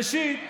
ראשית,